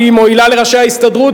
היא מועילה לראשי ההסתדרות,